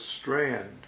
strand